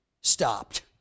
stopped